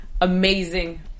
amazing